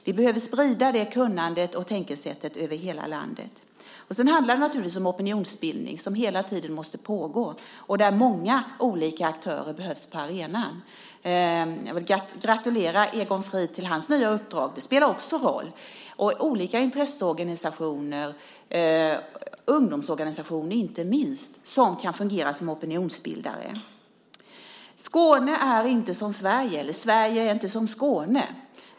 Vi behöver sprida det kunnandet och tänkesättet över hela landet. Sedan handlar det naturligtvis om opinionsbildning, som hela tiden måste pågå och där många olika aktörer behövs på arenan. Jag vill gratulera Egon Frid till hans nya uppdrag. Det spelar också roll. Olika intresseorganisationer, inte minst ungdomsorganisationer, kan också fungera som opinionsbildare. Skåne är inte som Sverige, eller Sverige är inte som Skåne.